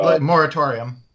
moratorium